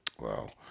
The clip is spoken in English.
wow